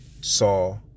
saw